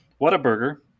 Whataburger